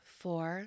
four